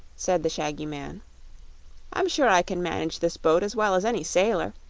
said the shaggy man i'm sure i can manage this boat as well as any sailor.